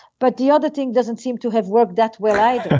but the other thing doesn't seem to have rubbed that well either.